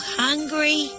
hungry